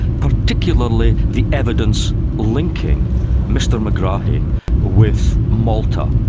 particularly the evidence linking mr megrahi with malta,